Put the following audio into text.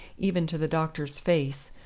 even to the doctor's face,